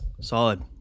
solid